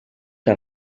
que